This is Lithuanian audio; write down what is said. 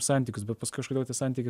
santykius bet paskui kažkodėl tie santykiai